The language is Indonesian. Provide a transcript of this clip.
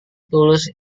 tulus